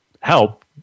help